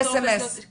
דפקו לי בדלת.